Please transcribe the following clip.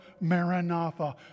Maranatha